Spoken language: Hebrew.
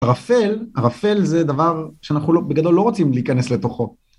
ערפל, ערפל זה דבר שאנחנו בגדול לא רוצים להיכנס לתוכו.